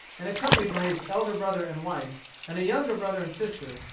and accompanied by his elder brother and wife and a younger brother and sister,